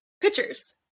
Pictures